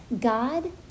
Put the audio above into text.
God